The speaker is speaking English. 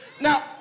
Now